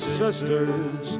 sisters